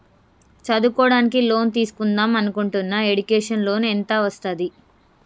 చదువుకోవడానికి లోన్ తీస్కుందాం అనుకుంటున్నా ఎడ్యుకేషన్ లోన్ ఎంత వస్తది?